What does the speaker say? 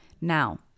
Now